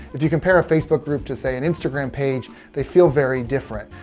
if you compare a facebook group to, say, an instagram page, they feel very different.